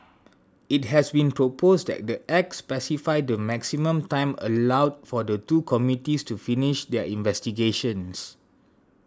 it has been proposed that the Act specify the maximum time allowed for the two committees to finish their investigations